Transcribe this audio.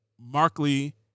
Markley